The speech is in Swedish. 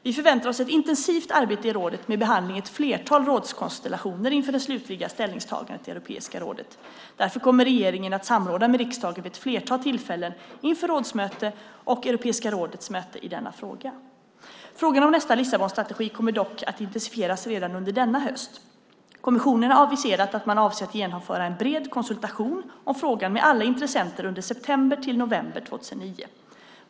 Vi förväntar oss ett intensivt arbete i rådet med behandling i ett flertal rådskonstellationer inför det slutliga ställningstagandet i Europeiska rådet. Därför kommer regeringen att samråda med riksdagen vid ett flertal tillfällen inför rådsmöten och Europeiska rådets möte i denna fråga. Frågan om nästa Lissabonstrategi kommer dock att intensifieras redan under hösten. Kommissionen har aviserat att man avser att genomföra en bred konsultation om frågan med alla intressenter under september-november 2009.